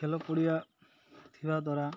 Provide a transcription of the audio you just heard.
ଖେଳ କୁଡ଼ିଆ ଥିବା ଦ୍ୱାରା